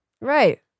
Right